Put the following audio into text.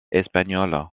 espagnole